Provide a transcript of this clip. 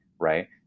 right